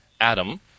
Adam